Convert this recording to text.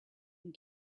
been